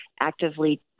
actively